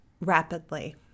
rapidly